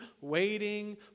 waiting